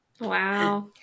Wow